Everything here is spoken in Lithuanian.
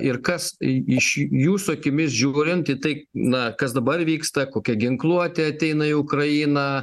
ir kas į šį jūsų akimis žiūrint į tai na kas dabar vyksta kokia ginkluotė ateina į ukrainą